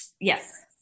Yes